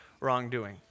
wrongdoing